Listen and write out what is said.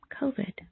COVID